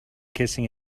kissing